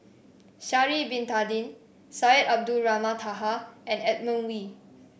Sha'ari Bin Tadin Syed Abdulrahman Taha and Edmund Wee